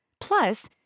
Plus